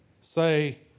say